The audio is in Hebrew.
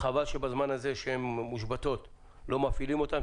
חבל שבזמן הזה שהן מושבתות לא מפעילים אותן.